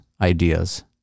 ideas